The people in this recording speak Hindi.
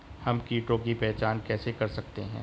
हम कीटों की पहचान कैसे कर सकते हैं?